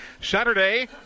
Saturday